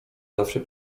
zawsze